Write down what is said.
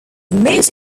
most